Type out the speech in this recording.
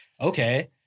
Okay